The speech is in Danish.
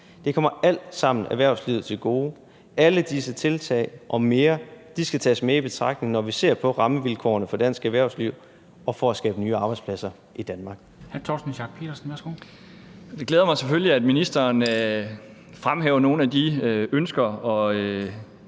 Det kommer alt sammen erhvervslivet til gode. Alle disse tiltag og mere skal tages med i betragtning, når vi ser på rammevilkårene for dansk erhvervsliv og i forhold til at skabe nye arbejdspladser i Danmark. Kl. 13:45 Formanden (Henrik Dam Kristensen): Hr. Torsten